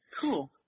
Cool